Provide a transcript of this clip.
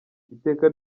rya